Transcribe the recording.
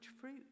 fruit